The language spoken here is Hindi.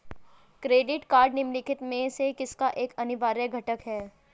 क्रेडिट कार्ड निम्नलिखित में से किसका एक अनिवार्य घटक है?